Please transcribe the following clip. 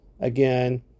Again